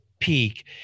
peak